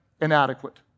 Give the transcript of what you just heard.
inadequate